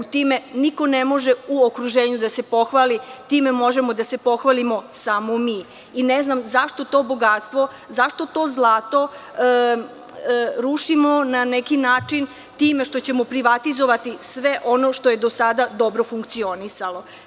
Time niko ne može u okruženju da se pohvali, time možemo da se pohvalimo samo mi i ne znam zašto to bogatstvo, zašto to zlato rušimo na neki način time što ćemo privatizovati sve ono što je do sada dobro funkcionisalo.